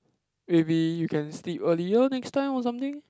maybe you can sleep earlier next time or something